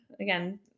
again